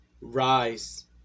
rise